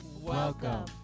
Welcome